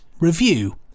review